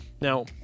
Now